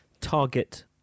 target